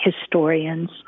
historians